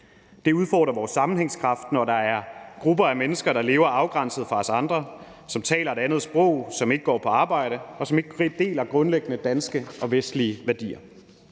Det udfordrer vores sammenhængskraft, når der er grupper af mennesker, som lever afgrænset fra os andre, som taler et andet sprog, som ikke går på arbejde, og som ikke deler grundlæggende danske og vestlige værdier.